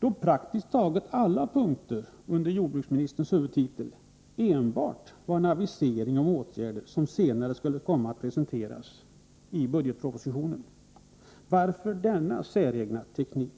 På praktiskt taget alla punkter under jordbruksministerns huvudtitel aviserades åtgärder som senare skulle komma att presenteras i budgetpropositionen. Varför denna säregna teknik?